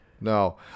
no